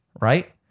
right